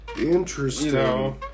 Interesting